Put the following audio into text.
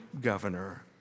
governor